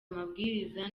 amabwiriza